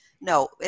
No